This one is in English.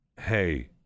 Hey